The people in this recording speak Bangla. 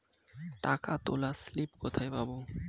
টাকা তোলার স্লিপ কোথায় পাব?